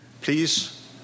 Please